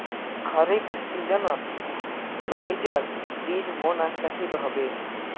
खरीफ सीजनत नाइजर बीज बोना सही रह बे